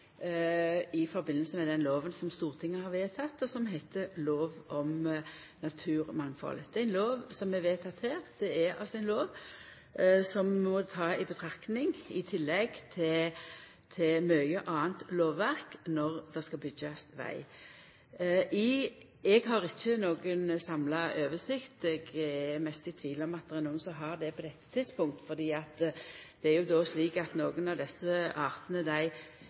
i samband med den lova som Stortinget har vedteke, og som heiter lov om forvalting av naturens mangfold. Det er ei lov som er vedteke her. Det er altså ei lov som ein må ta i betraktning, i tillegg til mykje anna lovverk når det skal byggjast veg. Eg har ikkje noka samla oversikt – eg er mest i tvil om det er nokon som har det på dette tidspunktet, fordi det er jo slik at nokre av desse